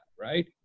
Right